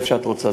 לאיפה שאת רוצה.